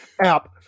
App